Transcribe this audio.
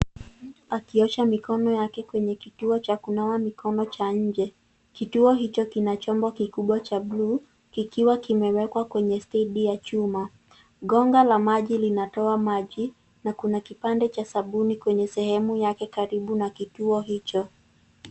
Akiosha mikono yake kwenye kituo cha kunawa mikono cha nje. Kituo hicho kina chombo kikubwa cha bluu, kikiwa kimewekwa kwenye stendi ya chuma. Gonga la maji linatoa maji, na kuna kipande cha sabuni kwenye sehemu yake karibu na kituo hicho.